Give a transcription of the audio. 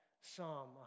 Psalm